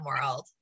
world